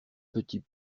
petit